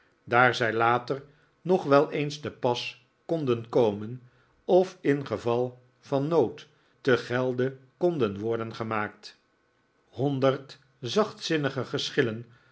daar zij later nog wel eens te pas konden komen of in geval van nood te gelde konden worden gemaakt honderd zachtzinnige geschillen